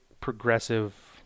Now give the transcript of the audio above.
progressive